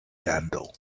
candle